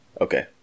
Okay